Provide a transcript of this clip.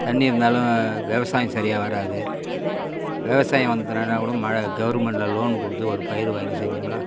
தண்ணி இருந்தாலும் விவசாயம் சரியா வராது விவசாயம் வந்ததுனா என்ன போடும் மழை கவுர்மெண்டில் லோனு கொடுத்து ஒரு பயிறு வாங்கி செஞ்சோம்னா